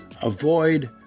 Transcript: Avoid